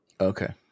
Okay